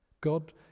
God